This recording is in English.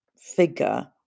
figure